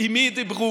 עם מי הם דיברו,